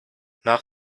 nach